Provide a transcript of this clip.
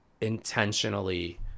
intentionally